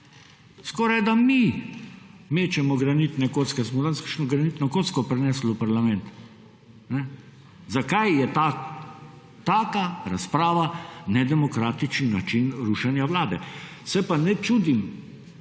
skorajda mi mečemo granitne kocke. Ali smo danes kakšno granitno kocko prinesli v parlament? Zakaj je taka razprava nedemokratičen rušenja vlade? Se pa ne čudim,